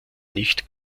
nicht